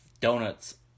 donuts